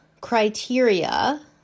criteria